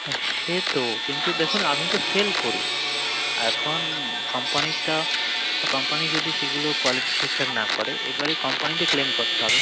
হ্যাঁ সে তো কিন্তু দেখুন আমি তো সেল করি এখন কম্পানিরটা কম্পানি যদি সেগুলো কোয়ালিটি ঠিকঠাক না করে এবারে কম্পানিতে ক্লেম করতে হবে